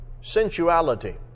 Sensuality